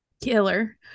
Killer